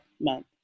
month